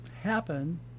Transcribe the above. happen